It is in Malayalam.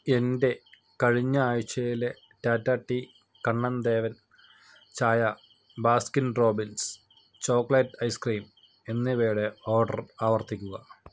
എന്റെ കഴിഞ്ഞ ആഴ്ചയിലെ ടാറ്റ ടീ കണ്ണൻ ദേവൻ ചായ ബാസ്കിൻ റോബിൻസ് ചോക്ലേറ്റ് ഐസ്ക്രീം എന്നിവയുടെ ഓർഡർ ആവർത്തിക്കുക